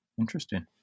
interesting